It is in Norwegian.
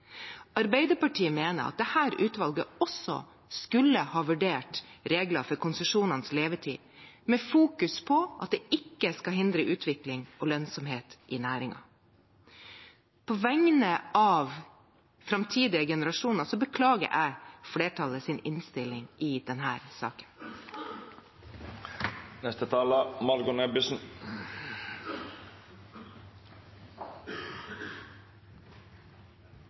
Arbeiderpartiet mener at dette utvalget også skulle ha vurdert regler for konsesjonenes levetid, med fokus på at det ikke skal hindre utvikling og lønnsomhet i næringen. På vegne av framtidige generasjoner beklager jeg flertallets innstilling i denne saken.